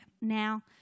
Now